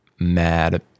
mad